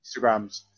Instagrams